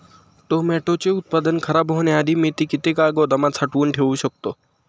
टोमॅटोचे उत्पादन खराब होण्याआधी मी ते किती काळ गोदामात साठवून ठेऊ शकतो?